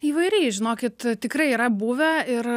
įvairiai žinokit tikrai yra buvę ir